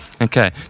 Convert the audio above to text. Okay